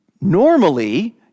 Normally